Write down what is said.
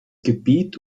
gebiet